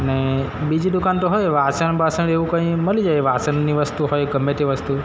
અને બીજી દુકાન તો હોય વાસણ બાસણ એવું કંઈ મળી જાય વાસણની વસ્તુ હોય ગમે તે વસ્તુ